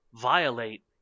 violate